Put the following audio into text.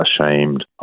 ashamed